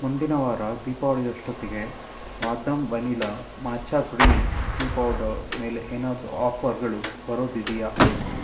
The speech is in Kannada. ಮುಂದಿನ ವಾರ ದೀಪಾವಳಿಯಷ್ಟೊತ್ತಿಗೆ Vahdam vanilla matcha green tea powder ಮೇಲೆ ಏನಾದರೂ ಆಫರ್ಗಳು ಬರೋದಿದೆಯಾ